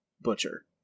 butcher